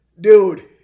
Dude